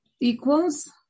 equals